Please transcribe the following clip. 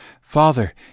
Father